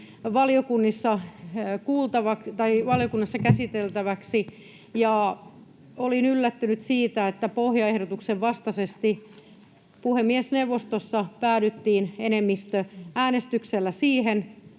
valiokunnissa käsiteltäväksi, ja olin yllättynyt siitä, että pohjaehdotuksen vastaisesti puhemiesneuvostossa päädyttiin enemmistöäänestyksellä äänin